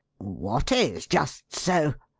what is just so?